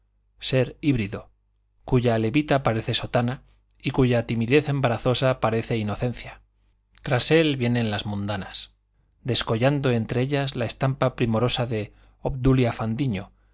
ser híbrido cuya levita parece sotana y cuya timidez embarazosa parece inocencia tras él vienen las mundanas descollando entre ellas la estampa primorosa de obdulia fandiño